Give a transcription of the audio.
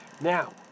Now